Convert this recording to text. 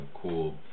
cool